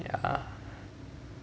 ya